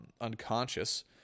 unconscious